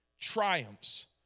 triumphs